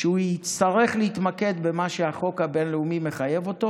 שהוא יצטרך להתמקד במה שהחוק הבין-לאומי מחייב אותו